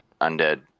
undead